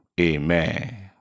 amen